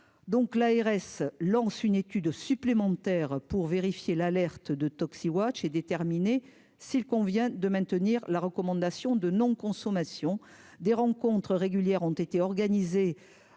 donc l'ARS lance une étude supplémentaire pour vérifier l'alerte de Tox Watch et déterminer s'il convient de maintenir la recommandation de non consommation des rencontres régulières ont été organisées